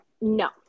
No